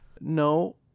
No